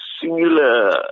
singular